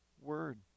word